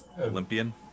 Olympian